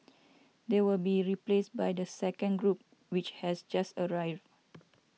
they will be replaced by the second group which has just arrived